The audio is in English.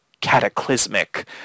cataclysmic